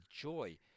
joy